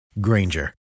Granger